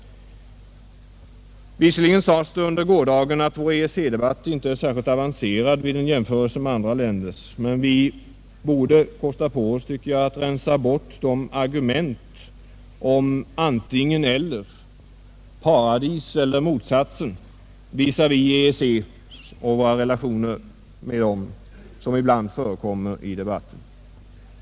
Visserligen sades det under gårdagen att vår EEC-debatt inte är särskilt avancerad vid en jämförelse med andra länders, men vi borde kosta på oss, tycker jag, att rensa bort de argument om antingen-eller — paradis eller motsatsen — visa vi våra relationer till EEC som ibland förekommer i debatten.